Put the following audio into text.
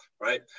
right